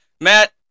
Matt